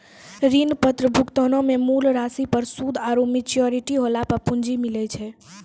ऋण पत्र भुगतानो मे मूल राशि पर सूद आरु मेच्योरिटी होला पे पूंजी मिलै छै